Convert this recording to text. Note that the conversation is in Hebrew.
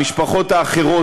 המשפחות האחרות,